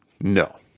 No